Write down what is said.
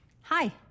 Hi